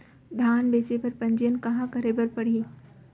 धान बेचे बर पंजीयन कहाँ करे बर पड़ही?